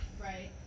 right